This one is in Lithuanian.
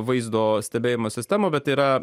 vaizdo stebėjimo sistemą bet yra